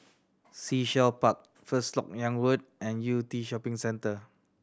Sea Shell Park First Lok Yang Road and Yew Tee Shopping Centre